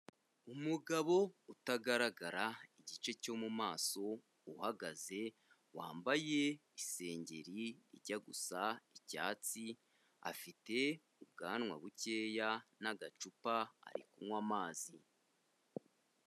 Umugabo utagaragara igice cyo mumaso, uhagaze, wambaye isengeri ijya gusa icyatsi, afite ubwanwa bukeya n'agacupa, ari kunywa amazi.